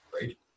right